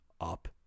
up